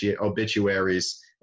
obituaries